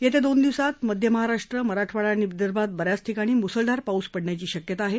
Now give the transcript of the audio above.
येत्या दोन दिवसात मध्य महाराष्ट्र मराठवाडा आणि विदर्भात ब याच ठिकाणी म्सळधार पाऊस पडण्याची शक्यता आहे